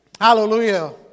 Hallelujah